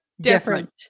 different